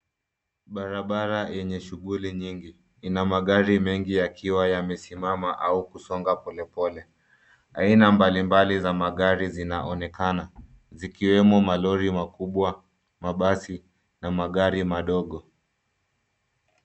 Barabara yenye shughuli nyingi ina magari mengi yakiwa yamesimama au kusonga polepole. Aina mbali mbali za magari zinaonekana, zikiwemo malori makubwa, mabasi na magari madogo.